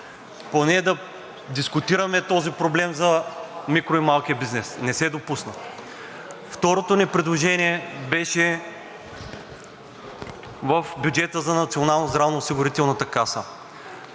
Поне да дискутираме този проблем за микро- и малкия бизнес. Не се допусна. Второто ни предложение беше в бюджета на Националната здравноосигурителна каса.